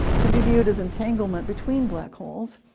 can be viewed as entanglement between black holes.